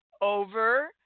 over